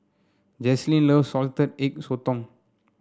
Jaclyn loves Salted Egg Sotong